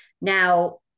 Now